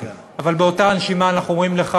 אבל באותה הנשימה אנחנו אומרים לך: